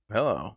Hello